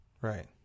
Right